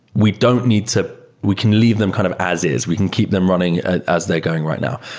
we don't need to we can leave them kind of as is. we can keep them running as they're going right now,